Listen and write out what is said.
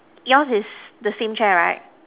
yours is the same chair right